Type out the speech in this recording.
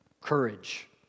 courage